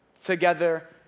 together